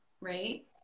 right